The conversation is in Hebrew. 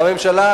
והממשלה,